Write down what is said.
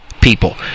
people